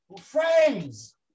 Friends